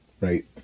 right